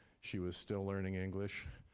she was still learning english,